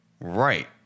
Right